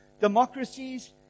democracies